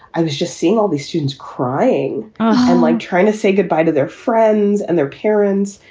i was just seeing all these students crying and like trying to say goodbye to their friends and their parents,